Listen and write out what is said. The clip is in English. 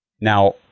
Now